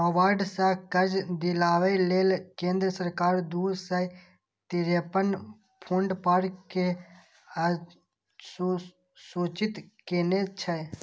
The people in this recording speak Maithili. नाबार्ड सं कर्ज दियाबै लेल केंद्र सरकार दू सय तिरेपन फूड पार्क कें अधुसूचित केने छै